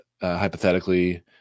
hypothetically